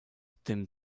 tym